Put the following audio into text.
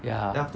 ya